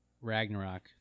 Ragnarok